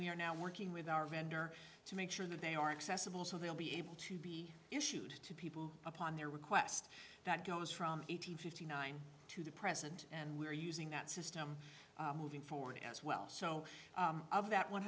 we are now working with our vendor to make sure that they are accessible so they'll be able to be issued to people upon their request that goes from eight hundred fifty nine to the present and we're using that system moving forward as well so of that one